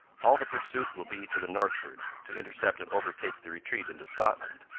all the pursuit will be to the northward, to intercept and overtake the retreat into scotland.